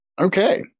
Okay